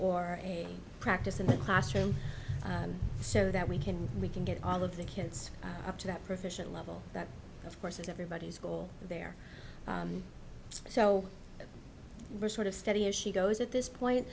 or a practice in the classroom so that we can we can get all of the kids up to that proficient level that of course everybody's goal there so we're sort of steady as she goes at this point